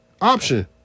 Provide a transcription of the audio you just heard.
Option